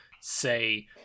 say